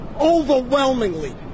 Overwhelmingly